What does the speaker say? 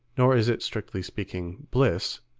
nor is it, strictly speaking, bliss,